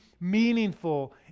meaningful